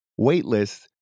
waitlist